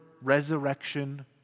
resurrection